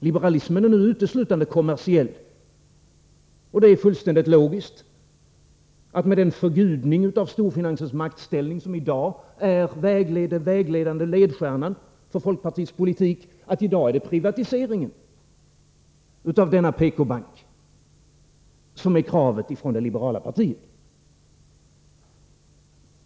Liberalismen är nu uteslutande kommersiell, och det är fullständigt logiskt att med den förgudning av storfinansens maktställning som i dag är ledstjärna för folkpartiets politik är det privatiseringen av denna PK-bank som är kravet från det liberala partiet.